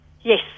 Yes